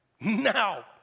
Now